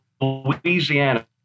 louisiana